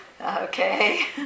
Okay